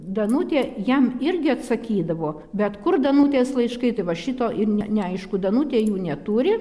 danutė jam irgi atsakydavo bet kur danutės laiškai tai va šito ir ne neaišku danutė jų neturi